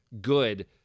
good